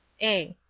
a.